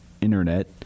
internet